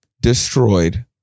destroyed